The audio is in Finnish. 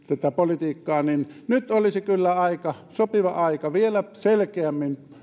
tätä politiikkaa kokonaisuutena katsoen olisi nyt kyllä sopiva aika vielä selkeämmin